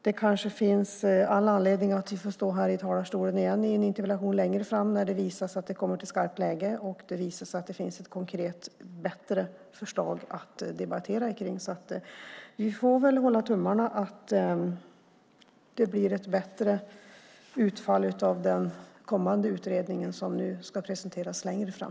Det kanske finns anledning för oss att stå här i talarstolen igen i en interpellationsdebatt längre fram när det visar sig att det kommer till skarpt läge och det finns ett bättre, konkret förslag att debattera. Vi får väl hålla tummarna för att det blir ett bättre utfall av den kommande utredningen, som ska presenteras längre fram.